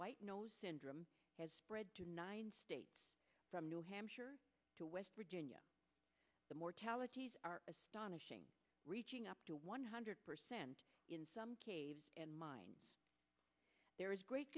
white nose syndrome has spread to nine states from new hampshire to west virginia the mortality is astonishing reaching up to one hundred percent in some caves and mine there is great